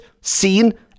seen